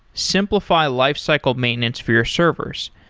simplify lifecycle maintenance for your servers.